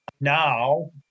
Now